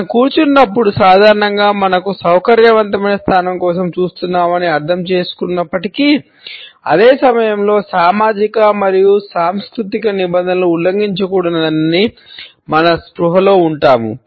మనం కూర్చున్నప్పుడు సాధారణంగా మనకు సౌకర్యవంతమైన స్థానం కోసం చూస్తున్నామని అర్థం చేసుకున్నప్పటికీ అదే సమయంలో సామాజిక మరియు సాంస్కృతిక నిబంధనలను ఉల్లంఘించకూడదని మనం స్పృహలో ఉంటాము